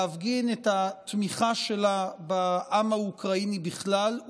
להפגין את התמיכה שלה בעם האוקראיני בכלל,